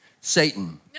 Satan